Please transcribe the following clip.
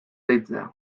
deitzea